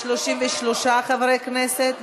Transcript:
33 חברי כנסת,